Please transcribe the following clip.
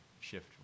shift